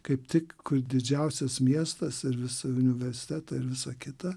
kaip tik kur didžiausias miestas ir vis universitetai ir visa kita